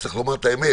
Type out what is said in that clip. אז צריך לומר את האמת,